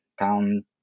pound